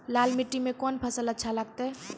लाल मिट्टी मे कोंन फसल अच्छा लगते?